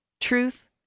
truth